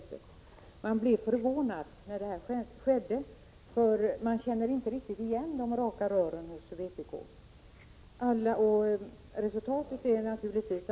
Men om vi skall se verkligheten sådan den är, är det faktiskt ibland nödvändigt att låsa in gamla människor.